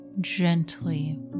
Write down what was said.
gently